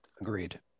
agreed